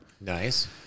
Nice